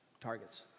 targets